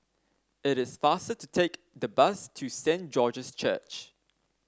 it is faster to take the bus to Saint George's Church